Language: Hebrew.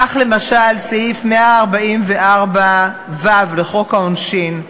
כך, למשל, סעיף 144ו לחוק העונשין,